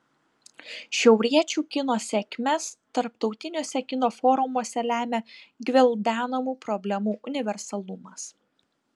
šiauriečių kino sėkmes tarptautiniuose kino forumuose lemia gvildenamų problemų universalumas